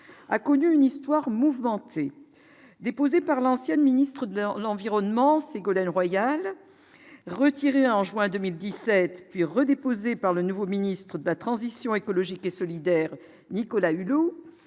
a connu une histoire mouvementée, déposée par l'ancienne ministre de l'Environnement Ségolène Royal retiré en juin 2017 puis redéposé par le nouveau ministre de la transition écologique et solidaire, Nicolas Hulot,